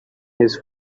his